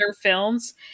films